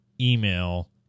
email